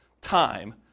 time